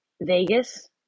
vegas